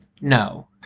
No